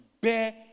bear